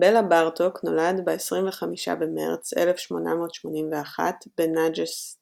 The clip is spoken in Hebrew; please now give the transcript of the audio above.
בלה בארטוק נולד ב-25 במרץ 1881 בנאג׳סנטמיקלוש,